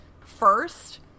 first